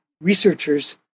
researchers